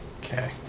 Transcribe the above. Okay